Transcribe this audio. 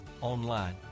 online